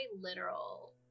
literal